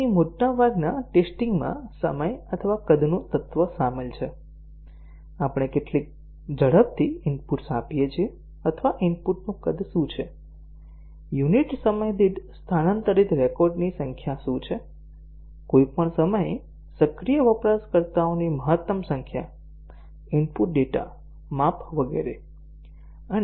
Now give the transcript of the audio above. અહીં મોટાભાગના ટેસ્ટીંગ માં સમય અથવા કદનું તત્વ સામેલ છે આપણે કેટલી ઝડપથી ઇનપુટ્સ આપીએ છીએ અથવા ઇનપુટનું કદ શું છે યુનિટ સમય દીઠ સ્થાનાંતરિત રેકોર્ડની સંખ્યા શું છે કોઈપણ સમયે સક્રિય વપરાશકર્તાઓની મહત્તમ સંખ્યા ઇનપુટ ડેટા માપ વગેરે